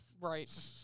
Right